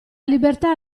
libertà